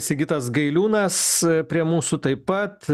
sigitas gailiūnas prie mūsų taip pat